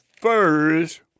first